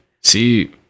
See